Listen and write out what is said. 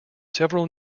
several